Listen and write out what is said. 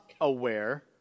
aware